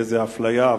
באיזו אפליה,